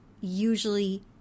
usually